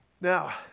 Now